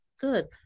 Good